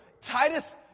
Titus